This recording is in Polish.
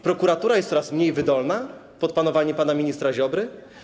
Prokuratura jest coraz mniej wydolna pod panowaniem pana ministra Ziobry?